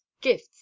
gifts